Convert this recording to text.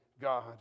God